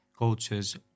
cultures